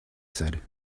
said